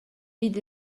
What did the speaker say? vid